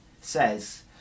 says